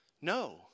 No